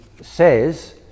says